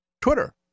Twitter